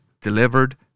delivered